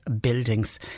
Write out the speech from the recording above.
buildings